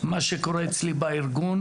מה שקורה אצלי בארגון,